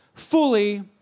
fully